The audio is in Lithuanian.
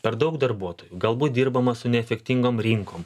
per daug darbuotojų galbūt dirbama su neefektingom rinkom